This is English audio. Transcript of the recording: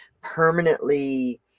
permanently